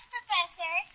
Professor